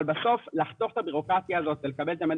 אבל בסוף לחתוך את הבירוקרטיה זו ולקבל את המידע